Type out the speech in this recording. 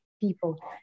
people